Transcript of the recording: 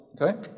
Okay